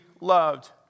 loved